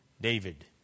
David